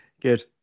Good